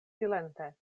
silente